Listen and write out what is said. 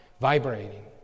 vibrating